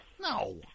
No